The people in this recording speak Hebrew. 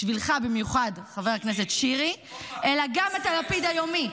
בשבילך במיוחד חבר הכנסת שירי אלא גם את הלפיד היומי,